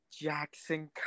Jackson